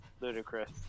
ludicrous